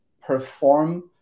perform